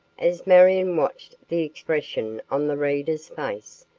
as marion watched the expression on the reader's face,